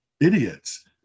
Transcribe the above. idiots